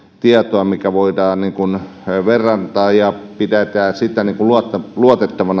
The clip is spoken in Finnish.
tietoa mitä voidaan verrantaa ja pitää luotettavana